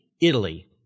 Italy